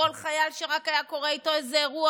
כל חייל שרק היה קורה איתו איזה אירוע